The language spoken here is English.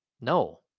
no